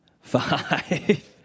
five